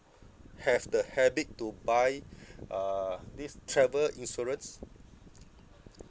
have the habit to buy uh this travel insurance